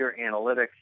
analytics